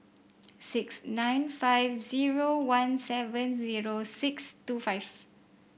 six nine five zero one seven zero six two five